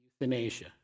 euthanasia